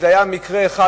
והיה מקרה אחד,